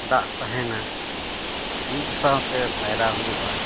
ᱫᱟᱜ ᱛᱟᱦᱮᱱᱟ ᱢᱤᱫ ᱥᱟᱶᱛᱮ ᱯᱟᱭᱨᱟᱜ ᱦᱩᱭᱩᱜᱼᱟ